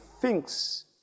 thinks